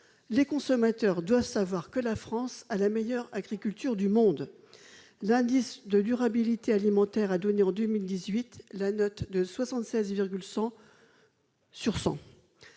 les consommateurs doivent savoir que la France a la meilleure agriculture du monde ! L'indice de durabilité alimentaire a donné en 2018 à la France la note de 76,1 sur 100,